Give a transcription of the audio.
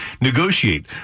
negotiate